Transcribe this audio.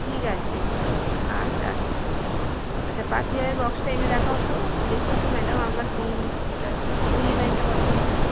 ঠিক আছে আচ্ছা আচ্ছা আচ্ছা আচ্ছা পাতি হারের বক্সটা এনে দেখাও তো দেখুন তো ম্যাডাম আপনার কোনটা কোন ডিজাইনটা পছন্দ হয়